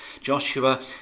Joshua